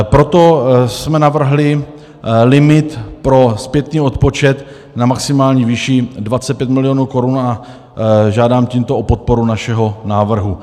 Proto jsme navrhli limit pro zpětný odpočet v maximální výši 25 milionů korun a žádám tímto o podporu našeho návrhu.